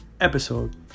episode